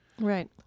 Right